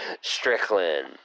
Strickland